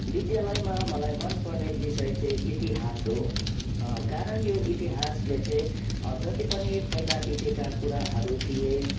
विद्यालयमा मलाई मनपर्ने विषय चाहिँ इतिहास हो कारण यो इतिहासले चाहिँ जति पनि पहिला बितेका कुराहरू थिए